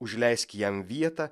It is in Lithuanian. užleisk jam vietą